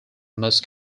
most